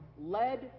led